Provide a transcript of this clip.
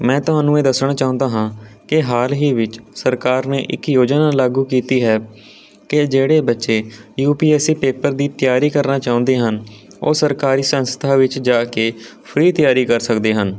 ਮੈਂ ਤੁਹਾਨੂੰ ਇਹ ਦੱਸਣਾ ਚਾਹੁੰਦਾ ਹਾਂ ਕਿ ਹਾਲ ਹੀ ਵਿੱਚ ਸਰਕਾਰ ਨੇ ਇੱਕ ਯੋਜਨਾ ਲਾਗੂ ਕੀਤੀ ਹੈ ਕਿ ਜਿਹੜੇ ਬੱਚੇ U P S C paper ਦੀ ਤਿਆਰੀ ਕਰਨਾ ਚਾਹੁੰਦੇ ਹਨ ਉਹ ਸਰਕਾਰੀ ਸੰਸਥਾ ਵਿੱਚ ਜਾ ਕੇ ਫ੍ਰੀ ਤਿਆਰੀ ਕਰ ਸਕਦੇ ਹਨ